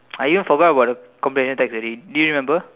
I even forgot about the comprehension text already do you remember